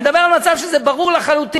אני מדבר על מצב שזה ברור לחלוטין,